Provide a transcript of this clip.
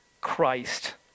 Christ